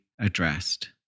addressed